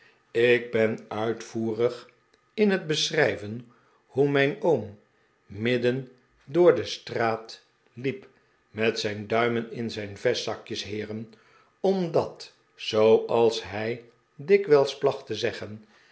ik ben uitvoerig in het beschrijven hoe mijn oom midden door de straat liep met zijn duimen in zijn vestzakjes heeren omdat zooals hij dikwijls placht te zeggen